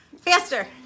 Faster